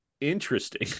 interesting